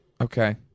Okay